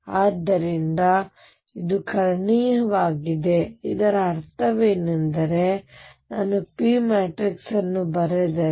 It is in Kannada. ಆದ್ದರಿಂದ ಇದು ಕರ್ಣೀಯವಾಗಿದೆ ಇದರ ಅರ್ಥವೇನೆಂದರೆ ನಾನು p ಮ್ಯಾಟ್ರಿಕ್ಸ್ ಅನ್ನು ಬರೆದರೆ